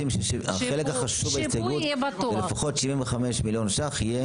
החלק החשוב בהסתייגות זה לפחות 75 מיליון ₪ יהיה